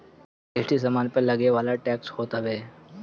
GST सामान पअ लगेवाला टेक्स होत हवे